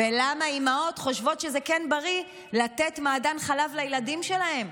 ולמה אימהות חושבות שזה כן בריא לתת מעדן חלב לילדים שלהן,